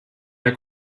der